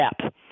step